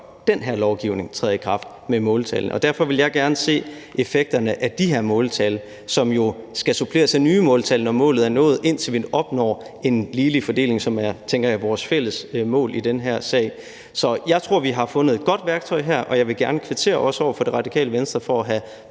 den her lovgivning om måltal er trådt i kraft. Derfor vil jeg gerne se effekterne af de her måltal, som jo skal suppleres af nye måltal, når målet er nået, indtil vi opnår en ligelig fordeling, som jeg tænker er vores fælles mål i den her sag. Så jeg tror, at vi har fået fundet et godt værktøj her, og jeg vil også gerne kvittere Radikale Venstre for at have